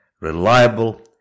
reliable